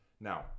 Now